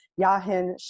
Yahin